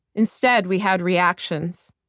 instead, we had reactions.